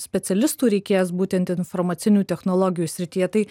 specialistų reikės būtent informacinių technologijų srityje tai